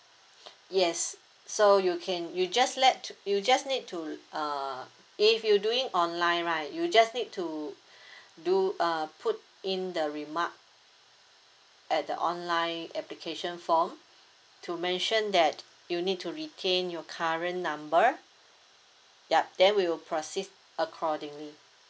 yes so you can you just let t~ you just need to uh if you doing online right you just need to do uh put in the remark at the online application form to mention that you need to retain your current number yup then we will proceed accordingly